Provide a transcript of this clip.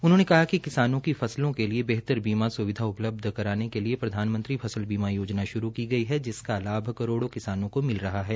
उन्होने कहा कि किसानों की फसलों के लिए बेहतर बीमा स्वविधा उपलब्ध कराने के लिए प्रधानमंत्री फसल बीमा योजना श्रू की है जिसका लाभ करोड़ो किसानों को मिल रहा है